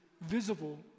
visible